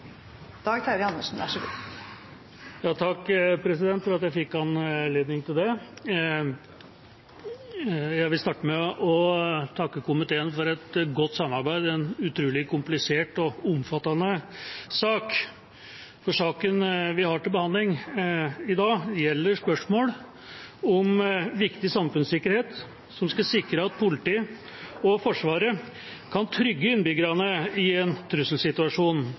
dag fortsetter utover kl. 16 til dagens kart er ferdigbehandlet. Jeg vil starte med å takke komiteen for et godt samarbeid i en utrolig komplisert og omfattende sak. Saken vi har til behandling i dag, gjelder spørsmål om viktig samfunnssikkerhet som skal sikre at politiet og Forsvaret kan trygge innbyggerne i en trusselsituasjon,